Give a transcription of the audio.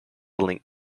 link